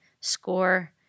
score